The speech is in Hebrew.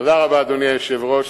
אדוני היושב-ראש,